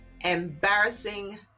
Embarrassing